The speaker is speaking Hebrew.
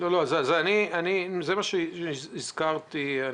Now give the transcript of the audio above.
זה מה שהזכרתי.